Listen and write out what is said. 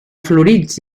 florits